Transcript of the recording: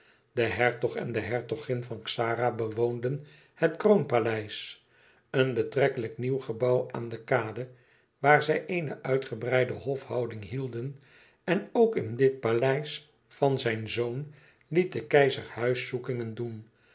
de hertog en de hertogin van xara bewoonden het kroonpaleis een betrekkelijk nieuw gebouw aan de kade waar zij eene uitgebreide hofhouding hielden en ook in dit paleis van zijn zoon liet de keizer huiszoekingen doen